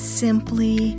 simply